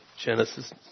Genesis